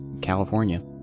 California